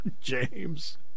James